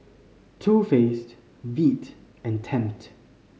Too Faced Veet and Tempt